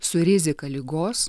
su rizika ligos